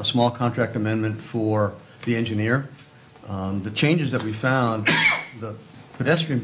a small contract commitment for the engineer on the changes that we found that's been